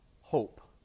hope